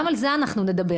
גם על זה אנחנו נדבר.